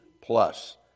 plus